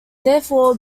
therefore